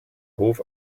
hof